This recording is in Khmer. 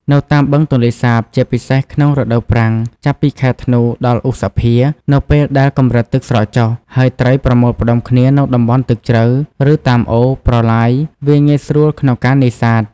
នៅតាមបឹងទន្លេសាប ជាពិសេសក្នុងរដូវប្រាំង ចាប់ពីខែធ្នូ ដល់ឧសភា នៅពេលដែលកម្រិតទឹកស្រកចុះ ហើយត្រីប្រមូលផ្តុំគ្នានៅតំបន់ទឹកជ្រៅ ឬតាមអូរ ប្រឡាយ វាងាយស្រួលក្នុងការនេសាទ។